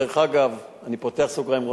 דרך אגב, אני פותח סוגריים: